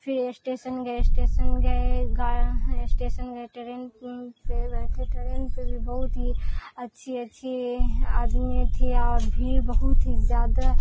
پھر اسٹیسن گئے اسٹیسن گئے گا اسٹیسن گئے ٹرین پہ بیٹھے ٹرین پہ بھی بہت ہی اچھی اچھی آدمی تھی اور بھیڑ بہت ہی زیادہ